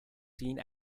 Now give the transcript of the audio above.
seen